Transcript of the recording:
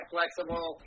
Flexible